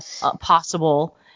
possible